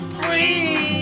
free